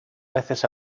veces